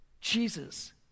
Jesus